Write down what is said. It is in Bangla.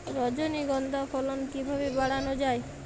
রজনীগন্ধা ফলন কিভাবে বাড়ানো যায়?